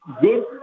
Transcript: good